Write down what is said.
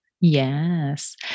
yes